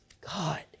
God